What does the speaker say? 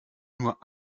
nur